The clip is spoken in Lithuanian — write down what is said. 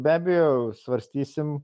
be abejo svarstysim